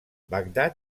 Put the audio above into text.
bagdad